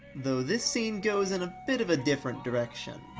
though this scene goes in a bit of a different direction.